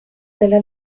della